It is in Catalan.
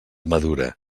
madura